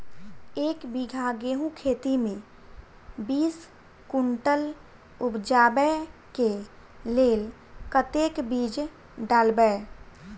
एक बीघा गेंहूँ खेती मे बीस कुनटल उपजाबै केँ लेल कतेक बीज डालबै?